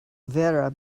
vera